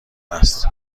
است